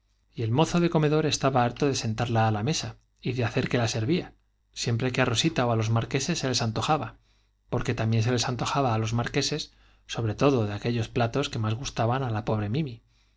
y el mozo de comedor estaba harto de sentarla á la mesa y de hacer á osita á los marqueses que la servía siempre que se les antojaba porque también se les antojaba á los marqueses sobre todo de aquellos platos que más gustaban á la pobre mimi